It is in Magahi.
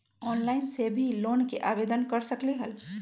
ऑनलाइन से भी लोन के आवेदन कर सकलीहल?